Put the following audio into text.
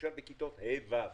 למשל בכיתות ה'-ו'